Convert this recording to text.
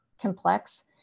complex